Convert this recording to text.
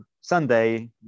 Sunday